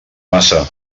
massa